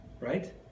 right